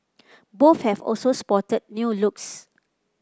both have also spotted new looks